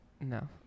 no